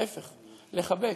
לחבק.